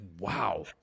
Wow